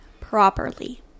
properly